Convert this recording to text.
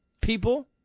People